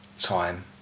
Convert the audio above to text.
time